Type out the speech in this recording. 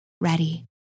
ready